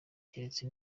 keretse